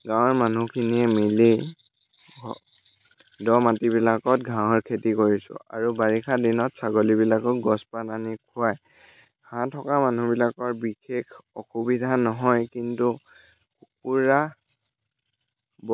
গাঁৱৰ মানুহখিনিয়ে মিলি দ মাটি বিলাকত ঘাঁহৰ খেতি কৰিছোঁ আৰু বাৰিষা দিনত ছাগলী বিলাকক গছপাত আনি খোৱাই ঘাঁহ থকা মানুহবিলাকৰ বিশেষ অসুবিধা নহয় কিন্তু কুকুৰা